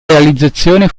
realizzazione